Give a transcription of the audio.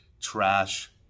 trash